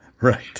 Right